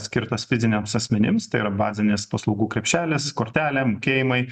skirtas fiziniams asmenims tai yra bazinis paslaugų krepšelis kortelė mokėjimai